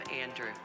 Andrew